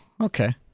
okay